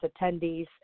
attendees